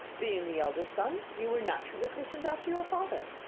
being the eldest son you were naturally christened after your father.